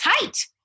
tight